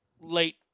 late-